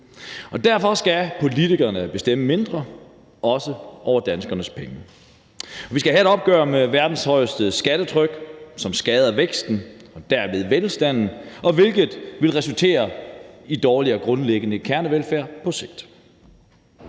Derfor skal politikerne bestemme mindre, også over danskernes penge. Vi skal have et opgør med verdens højeste skattetryk, som skader væksten og derved velstanden, hvilket vil resultere i dårligere grundlæggende kernevelfærd på sigt.